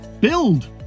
build